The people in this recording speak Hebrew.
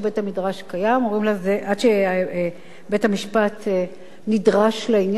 ועד שבית-המשפט נדרש לעניין, אומרים לך: גברתי,